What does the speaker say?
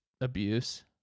abuse